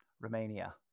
Romania